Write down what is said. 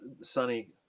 sunny